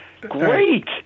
Great